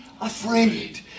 afraid